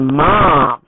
mom